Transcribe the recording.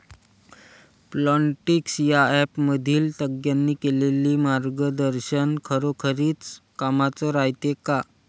Plantix या ॲपमधील तज्ज्ञांनी केलेली मार्गदर्शन खरोखरीच कामाचं रायते का?